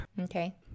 okay